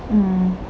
mm